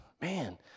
man